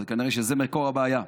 אבל כנראה שזה מקור הבעיה.